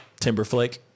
Timberflake